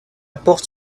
porte